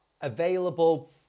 available